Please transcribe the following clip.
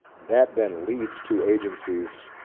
that then leads to agencies